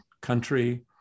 country